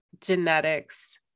genetics